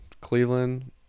cleveland